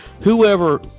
Whoever